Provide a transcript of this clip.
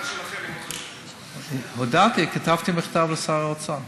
העמדה שלכם מאוד, הודעתי, כתבתי מכתב לשר האוצר.